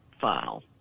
file